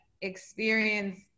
experience